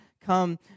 come